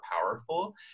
powerful